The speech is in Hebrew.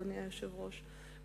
אדוני היושב-ראש,